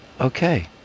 Okay